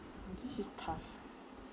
this is tough